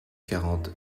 quarante